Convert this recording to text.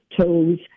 toes